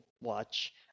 watch